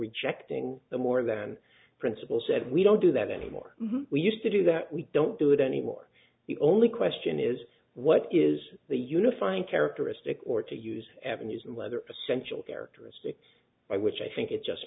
rejecting the more than principle said we don't do that anymore we used to do that we don't do it anymore the only question is what is the unifying characteristic or to use avenues and whether essential characteristic by which i think it just